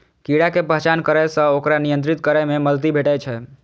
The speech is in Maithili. कीड़ा के पहचान करै सं ओकरा नियंत्रित करै मे मदति भेटै छै